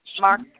Mark